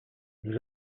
nous